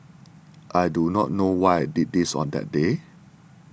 I do not know why I did this on that day